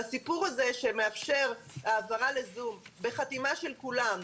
הסיפור הזה שמאפשר העברה ל-זום בחתימה של כולם,